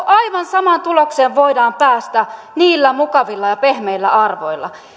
aivan samaan tulokseen voidaan päästä niillä mukavilla ja pehmeillä arvoilla